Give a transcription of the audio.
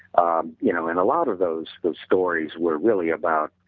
um you know and a lot of those those stories were really about